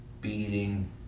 beating